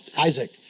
Isaac